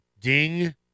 Ding